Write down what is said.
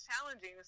challenging